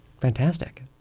fantastic